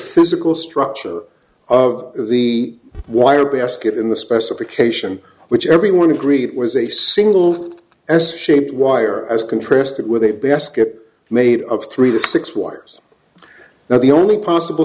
physical structure of the wire basket in the specification which everyone agreed was a single s shaped wire as contrasted with a basket made of three to six wires now the only possible